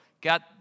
got